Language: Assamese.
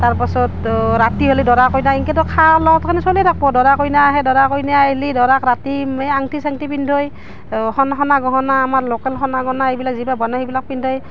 তাৰপাছত ৰাতি হ'লে দৰা কইনাই ইনকেতো খোৱা লোৱাখিনি চলিয়ে থাকপো দৰা কইনাই আহি দৰা কইনাই আহিলে দৰাক ৰাতি আংঠি চাংঠি পিন্ধায় সোণ সোণা গহনা আমাৰ লোকেল সোণা গহনা এইবিলাক যিবিলাক বনায় সেইবিলাক পিন্ধায়